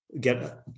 get